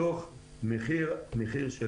מתוך המחיר הזה,